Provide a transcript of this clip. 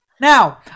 Now